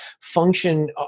function